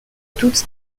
toute